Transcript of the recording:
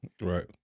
right